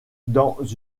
dans